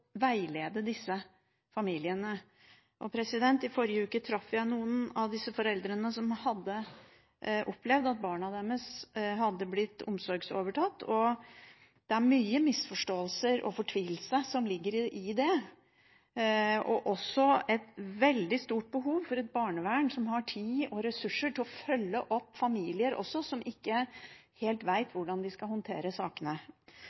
veilede disse familiene. I forrige uke traff jeg noen av disse foreldrene som hadde opplevd at barna deres hadde blitt omsorgsovertatt. Det er mye misforståelser og fortvilelse som ligger i det, og også et veldig stort behov for et barnevern som har tid og ressurser til også å følge opp familier som ikke helt vet hvordan de skal håndtere sakene.